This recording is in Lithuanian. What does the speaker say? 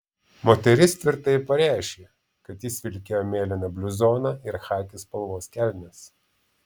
moteris tvirtai pareiškė kad jis vilkėjo mėlyną bluzoną ir chaki spalvos kelnes